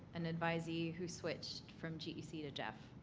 an advisee, who switched from gec to gef?